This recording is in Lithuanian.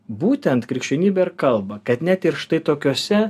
būtent krikščionybė ir kalba kad net ir štai tokiose